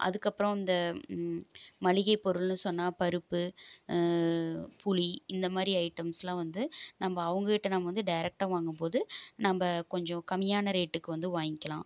அதற்கப்பறம் இந்த மளிகை பொருள்னு சொன்னால் பருப்பு புளி இந்த மாரி ஐட்டம்ஸ்லாம் வந்து நம்ப அவங்ககிட்ட நம்ம வந்து டேரெக்ட்டாக வாங்கும்போது நம்ப கொஞ்சம் கம்மியான ரேட்டுக்கு வந்து வாய்ங்க்கலாம்